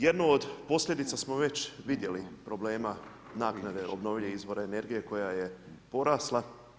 Jednu od posljedica smo već vidjeli problema naknade obnovljivih izvora energije koja je porasla.